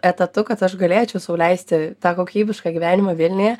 etatu kad aš galėčiau sau leisti tą kokybišką gyvenimą vilniuje